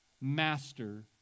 master